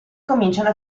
cominciano